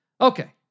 Okay